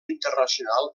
internacional